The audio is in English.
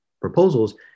proposals